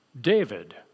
David